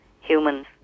humans